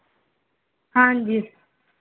ਹਾਂਜੀ